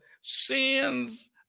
sins